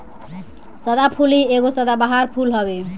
सदाफुली एगो सदाबहार फूल हवे